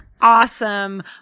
awesome